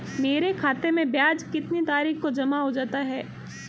मेरे खाते में ब्याज कितनी तारीख को जमा हो जाता है?